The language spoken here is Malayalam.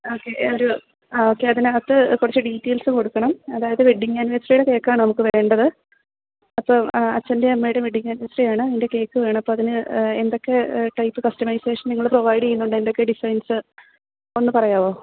ഓക്കെ ഒരു അതിനകത്ത് കുറച്ച് ഡീറ്റെയിൽസ് കൊടുക്കണം അതായത് വെഡ്ഡിങ് ആനിവേഴ്സറിയുടെ കേക്കാണ് നമുക്ക് വേണ്ടത് അപ്പോൾ അച്ഛൻ്റെയും അമ്മയുടെയും വെഡ്ഡിങ് ആനിവേഴ്സറിയാണ് രണ്ട് കേക്ക് വേണം അപ്പോൾ അതിന് എന്തൊക്കെ ടൈപ്പ് കസ്റ്റമൈസേഷൻ നിങ്ങൾ പ്രൊവൈഡ് ചെയ്യുന്നുണ്ട് എന്തൊക്കെ ഡിസൈൻസ് ഒന്ന് പറയാമോ